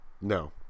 no